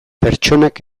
pertsonak